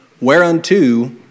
Whereunto